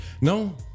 No